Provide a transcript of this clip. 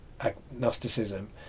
agnosticism